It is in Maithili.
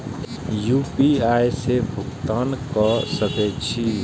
यू.पी.आई से भुगतान क सके छी?